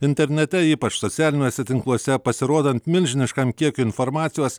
internete ypač socialiniuose tinkluose pasirodant milžiniškam kiekiui informacijos